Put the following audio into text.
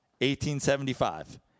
1875